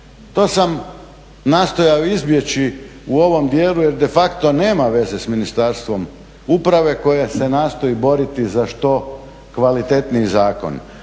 To sam nastojao izbjeći u ovom dijelu, jer defacto nema veze sa Ministarstvom uprave koja se nastoji boriti za što kvalitetniji zakon.